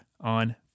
on